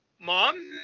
Mom